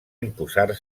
imposar